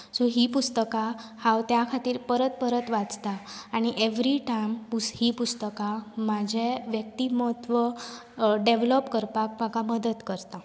so हीं पुस्तकां हांव त्या खातीर परत परत वाचतां आनी एवरी टायम हीं पुस्तकां म्हाजें व्यक्तिमत्व डेवलोप करपाक म्हाका मदत करता